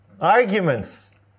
arguments